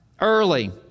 early